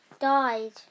died